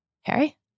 Harry